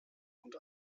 und